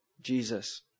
Jesus